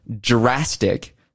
drastic